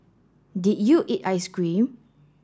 did you eat ice cream